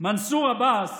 מנסור עבאס